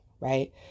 right